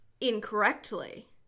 incorrectly